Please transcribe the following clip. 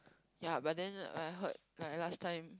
ya but then like I heard like last time